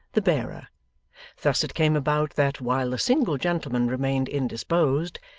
the bearer thus it came about that, while the single gentleman remained indisposed,